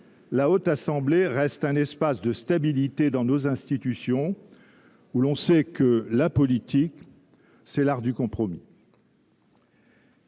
la Haute Assemblée reste un espace de stabilité dans nos institutions, où l’on sait que la politique, c’est l’art du compromis.